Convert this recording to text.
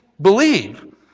Believe